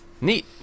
Neat